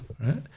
right